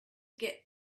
get